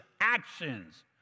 actions